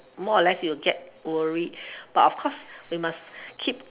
more or less you'll get worry but of course we must keep